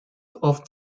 off